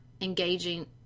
engaging